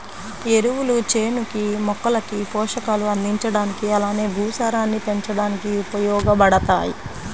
ఎరువులు చేనుకి, మొక్కలకి పోషకాలు అందించడానికి అలానే భూసారాన్ని పెంచడానికి ఉపయోగబడతాయి